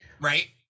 right